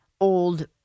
old